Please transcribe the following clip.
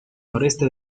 noreste